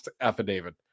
affidavit